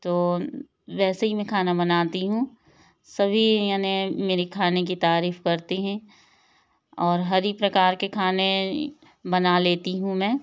तो वैसे ही मैं खाना बनाती हूँ सभी यानी मेरे खाने की तारीफ करते हैं और हर एक प्रकार के खाने बना लेती हूँ मैं